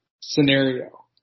scenario